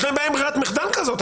יש להם בעיה עם ברירת מחדל כזאת.